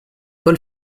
paul